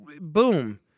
boom